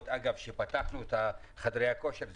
בגלל שפתחנו את חדרי הכושר,